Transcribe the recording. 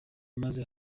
maze